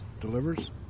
delivers